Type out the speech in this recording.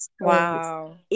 Wow